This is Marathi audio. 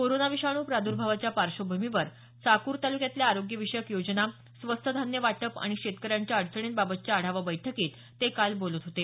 कोरोना विषाणू प्रादुर्भावाच्या पार्श्वभूमीवर चाकूर तालुक्यातल्या आरोग्यविषयक योजना स्वस्त धान्य वाटप आणि शेतकऱ्यांच्या अडचणींबाबतच्या आढावा बैठकीत ते बोलत होते